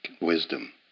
wisdom